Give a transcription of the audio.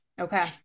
Okay